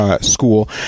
School